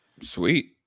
Sweet